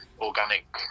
organic